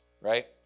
right